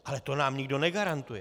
Ale to nám nikdo negarantuje.